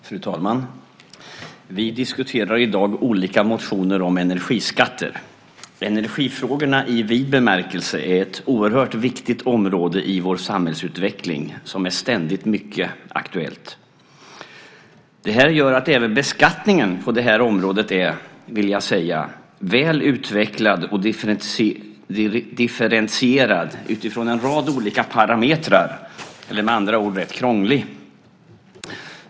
Fru talman! Vi diskuterar i dag olika motioner om energiskatter. Energifrågorna i vid bemärkelse är ett oerhört viktigt område i vår samhällsutveckling som är ständigt mycket aktuellt. Det här gör att även beskattningen på området är - vill jag säga - väl utvecklad och differentierad utifrån en rad olika parametrar, eller med andra ord rätt krånglig.